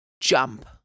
jump